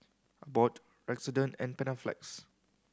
Abbott Redoxon and Panaflex